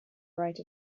right